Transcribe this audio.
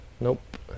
Nope